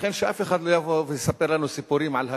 לכן שאף אחד לא יבוא ויספר לנו סיפורים על "הקפאה"